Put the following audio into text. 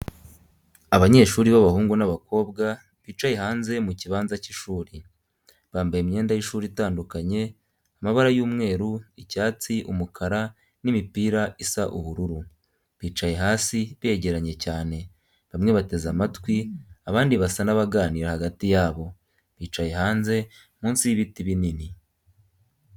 Abanyeshuri b'abahungu n’abakobwa bicaye hanze mu kibanza cy’ishuri. Bambaye imyenda y’ishuri itandukanye amabara y'umweru, icyatsi, umukara n'imipira isa ubururu. Bicaye hasi begeranye cyane, bamwe bateze amatwi, abandi basa n’abaganira hagati yabo, bicaye hanze munsi y’ibiti binini.